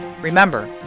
Remember